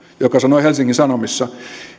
joka sanoi helsingin sanomissa